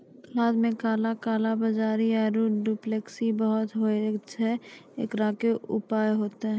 खाद मे काला कालाबाजारी आरु डुप्लीकेसी बहुत होय छैय, एकरो की उपाय होते?